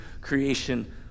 creation